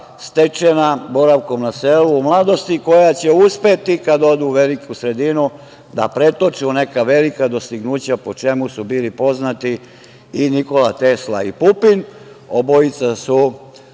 stečena boravkom na selu u mladosti, koja će uspeti kad odu u veliku sredinu da pretoče u neka velika dostignuća, po čemu su bili poznati i Nikola Tesla i Pupin, jedan